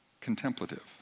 contemplative